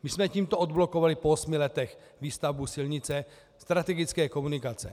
My jsme tímto odblokovali po osmi letech výstavbu silnice, strategické komunikace.